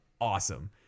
awesome